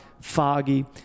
foggy